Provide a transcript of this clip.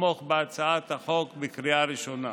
לתמוך בהצעת החוק בקריאה ראשונה.